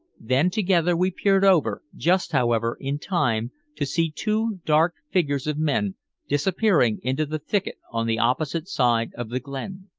then together we peered over, just, however, in time to see two dark figures of men disappearing into the thicket on the opposite side of the glen.